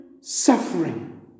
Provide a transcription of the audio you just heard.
suffering